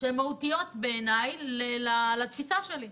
מהותיות לתפיסה שלי.